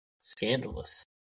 scandalous